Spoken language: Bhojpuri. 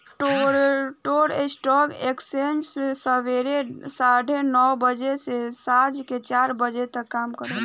टोरंटो स्टॉक एक्सचेंज सबेरे साढ़े नौ बजे से सांझ के चार बजे तक काम करेला